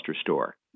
store